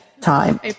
time